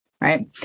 Right